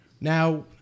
Now